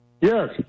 Yes